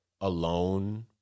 alone